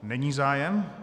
Není zájem?